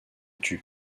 tut